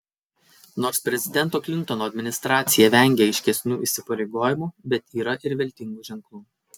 nors prezidento klintono administracija vengia aiškesnių įsipareigojimų bet yra ir viltingų ženklų